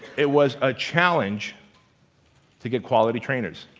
it was a challenge to get quality trainers.